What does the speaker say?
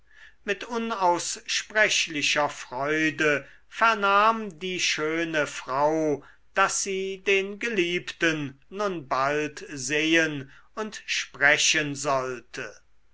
mit unaussprechlicher freude vernahm die schöne frau daß sie den geliebten nun bald sehen und sprechen sollte